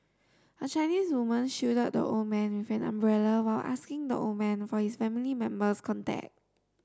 a Chinese woman shielded the old man when an umbrella while asking the old man for his family member's contact